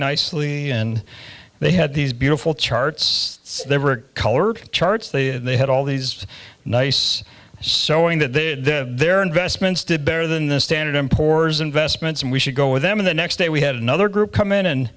nicely and they had these beautiful charts they were color charts the they had all these nice sewing that the their investments did better than the standard and poor's investments and we should go with them in the next day we had another group come in and